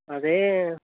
అదే